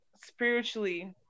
spiritually